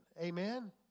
Amen